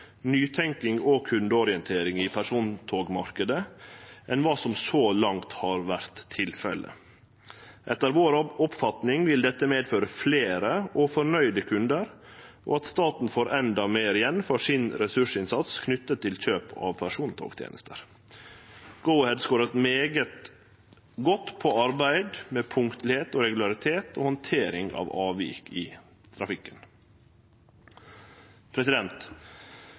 nytenking og kundeorientering i persontogmarkedet enn hva som så langt har vært tilfelle. Etter vår oppfatning vil dette medføre flere og fornøyde kunder og at staten får enda mer igjen for sin ressursinnsats knyttet til kjøp av persontogtjenester. Go-Ahead scorer meget godt på arbeid med punktlighet og regularitet og håndtering av avvik i trafikken.»